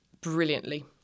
brilliantly